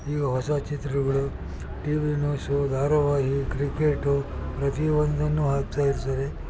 ಈಗ ಹೊಸ ಚಿತ್ರಗಳು ಟಿವಿ ನ್ಯೂಸು ಧಾರವಾಹಿ ಕ್ರಿಕೇಟು ಪ್ರತಿಯೊಂದನ್ನೂ ಹಾಕ್ತಾ ಇರ್ತಾರೆ